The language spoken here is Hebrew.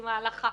עם ההלכה,